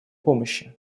помощи